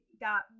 got